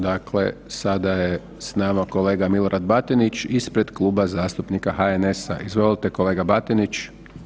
Dakle, sada je s nama kolega Milorad Batinić ispred Kluba zastupnika HNS-a, izvolite kolega Batinić.